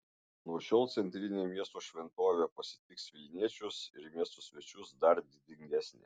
nuo šiol centrinė miesto šventovė pasitiks vilniečius ir miesto svečius dar didingesnė